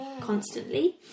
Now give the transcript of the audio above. constantly